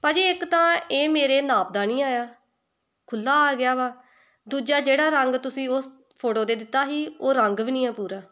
ਭਾਅ ਜੀ ਇੱਕ ਤਾਂ ਇਹ ਮੇਰੇ ਨਾਪ ਦਾ ਨਹੀਂ ਆਇਆ ਖੁੱਲ੍ਹਾ ਆ ਗਿਆ ਵਾ ਦੂਜਾ ਜਿਹੜਾ ਰੰਗ ਤੁਸੀਂ ਉਸ ਫੋਟੋ 'ਤੇ ਦਿੱਤਾ ਸੀ ਉਹ ਰੰਗ ਵੀ ਨਹੀਂ ਆ ਪੂਰਾ